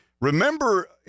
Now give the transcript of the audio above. remember –